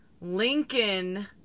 Lincoln